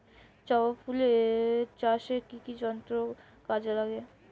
জবা ফুল চাষে কি কি যন্ত্র কাজে লাগে?